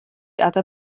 other